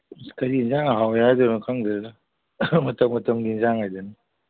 ꯀꯔꯤ ꯑꯦꯟꯁꯥꯡ ꯍꯥꯎꯔꯤ ꯍꯥꯏꯗꯣꯏꯅꯣ ꯈꯪꯗ꯭ꯔꯦꯗ ꯃꯇꯝ ꯃꯇꯝꯒꯤ ꯑꯦꯟꯁꯥꯡ ꯍꯥꯏꯗꯨꯅꯤ